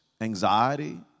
anxiety